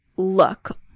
look